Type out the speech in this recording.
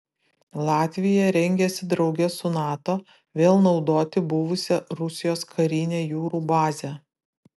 latvija rengiasi drauge su nato vėl naudoti buvusią rusijos karinę jūrų bazę